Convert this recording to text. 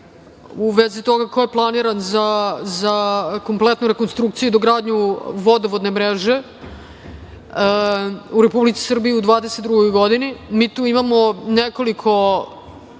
u vezi toga ko je planiran za kompletnu rekonstrukciju i dogradnju vodovodne mreže u Republici Srbiji u 2022. godini. Mi tu imamo nekoliko